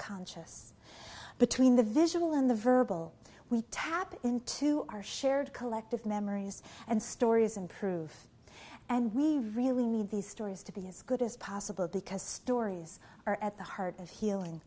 conscious between the visual in the verbal we tap into our shared collective memories and stories improve and we really need these stories to be as good as possible because stories are at the heart of healing